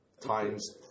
times